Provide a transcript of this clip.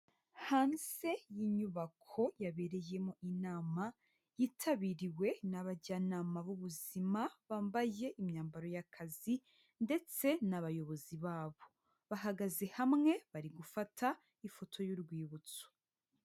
Hanze y'inyubako yabereyemo inama yitabiriwe n'abajyanama b'ubuzima bambaye imyambaro y'akazi ndetse n'abayobozi babo, bahagaze hamwe bari gufata ifoto y'urwibutso.